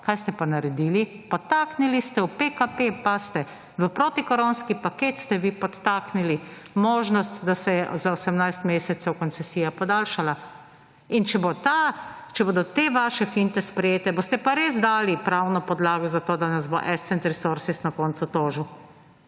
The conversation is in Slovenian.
Kaj ste pa naredili? Podtaknili ste v PKP, pazite, v protikoronski paket ste vi podtaknili možnost, da se je za 18 mesecev koncesija podaljšala. In če bodo te vaše finte sprejete boste pa res dali pravno podlago za to, da nas bo Ascent Resources na koncu tožil.